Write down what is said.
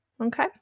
Okay